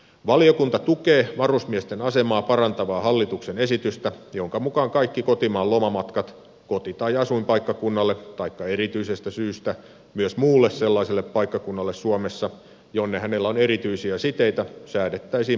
valiokunta tukee varusmiesten asemaa parantavaa hallituksen esitystä jonka mukaan kaikki kotimaan lomamatkat koti tai asuinpaikkakunnalle taikka erityisestä syystä myös muulle sellaiselle paikkakunnalle suomessa jonne hänellä on erityisiä siteitä säädettäisiin maksuttomiksi